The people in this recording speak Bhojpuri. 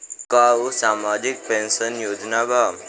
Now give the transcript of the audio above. का उ सामाजिक पेंशन योजना बा?